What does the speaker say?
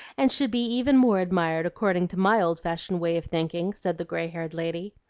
and should be even more admired, according to my old-fashioned way of thinking, said the gray-haired lady.